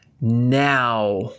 now